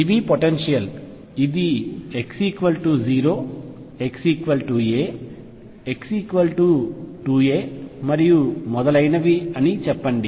ఇవి పొటెన్షియల్ ఇది x0 xa x2a మరియు మొదలైనవి అని చెప్పండి